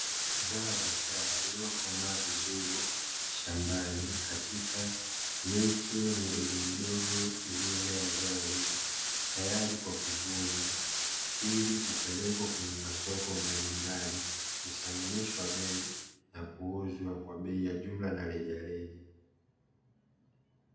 Zao la biashara lililokomaa vizuri shambani katika miche midogo modogo iliyomea zao hilo tayari kwa kuvunwa ilikupelekwa nyenye masoko mbalimbali kusaminishwa bei na kuuzwa kwa bei ya jumla na rejareja.